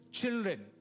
children